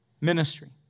ministry